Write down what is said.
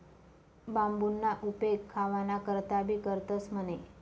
बांबूना उपेग खावाना करता भी करतंस म्हणे